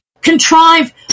contrive